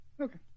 Okay